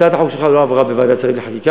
הצעת החוק שלך לא עברה בוועדת שרים לחקיקה,